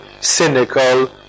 cynical